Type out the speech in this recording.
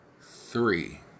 three